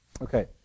Okay